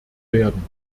werden